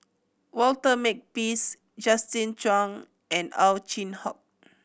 Walter Makepeace Justin Zhuang and Ow Chin Hock